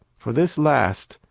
for this last,